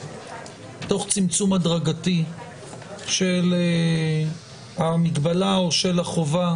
תוך צמצום הדרגתי של המגבלה או של החובה,